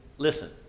Listen